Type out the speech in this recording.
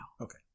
Okay